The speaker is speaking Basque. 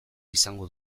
izango